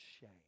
shame